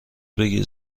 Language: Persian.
بگیر